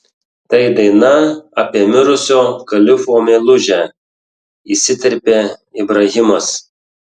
tai daina apie mirusio kalifo meilužę įsiterpė ibrahimas